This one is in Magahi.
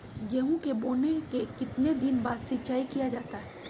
गेंहू के बोने के कितने दिन बाद सिंचाई किया जाता है?